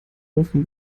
ofen